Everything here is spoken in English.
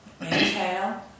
inhale